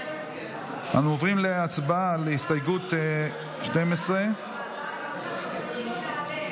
אנחנו עוברים להצבעה על הסתייגות 12. נעבור להצבעה.